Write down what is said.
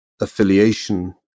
affiliation